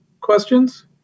questions